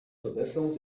verbesserung